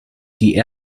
die